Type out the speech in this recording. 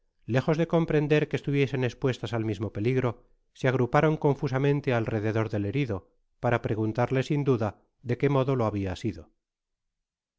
lejos de comprender que estuviesen espuestas al mismo peligro se agruparon confusamente alrededor del herido para preguntarle sin duda de qué modo loiabia sido es